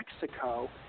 Mexico